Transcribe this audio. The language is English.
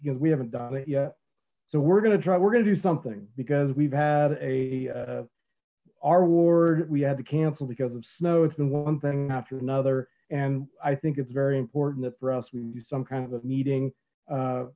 because we haven't done it yet so we're gonna try we're gonna do something because we've had a are ward we had to cancel because of snow it's the one thing after another and i think it's very important that for us we can do some kind of meeting